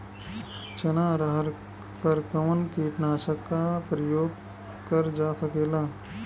चना अरहर पर कवन कीटनाशक क प्रयोग कर जा सकेला?